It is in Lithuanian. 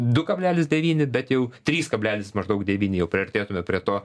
du kablelis devyni bet jau trys kablelis maždaug devyni jau priartėtume prie to